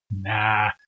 Nah